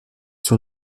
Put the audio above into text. sur